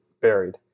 buried